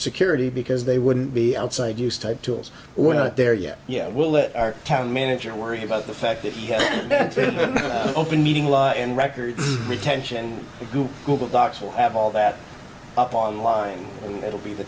security because they wouldn't be outside use type tools were not there yet yeah we'll let our town manager worry about the fact that that's been open meeting law and record retention google docs will have all that up online it'll be the